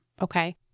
okay